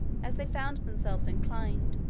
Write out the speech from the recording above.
as they found themselves inclined,